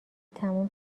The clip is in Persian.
تموم